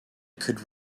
could